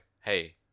Hey